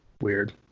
weird